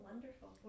Wonderful